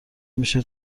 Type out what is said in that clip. میشه